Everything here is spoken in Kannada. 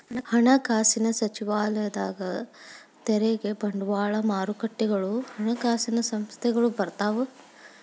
ಹಣಕಾಸಿನ ಸಚಿವಾಲಯದಾಗ ತೆರಿಗೆ ಬಂಡವಾಳ ಮಾರುಕಟ್ಟೆಗಳು ಹಣಕಾಸಿನ ಸಂಸ್ಥೆಗಳು ಬರ್ತಾವ